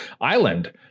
Island